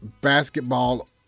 basketball